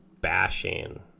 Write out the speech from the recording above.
bashing